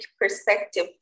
perspective